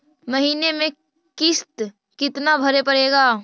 महीने में किस्त कितना भरें पड़ेगा?